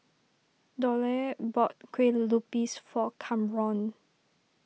Dollye bought Kueh Lupis for Kamron